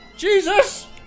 Jesus